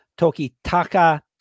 Tokitaka